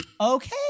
Okay